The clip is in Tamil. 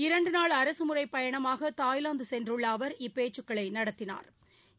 இரண்டுநாள் அரசமுறைபயணமாகதாய்லாந்துசென்றுள்ளஅவா் இப்பேச்சுக்களைநடத்தினாா்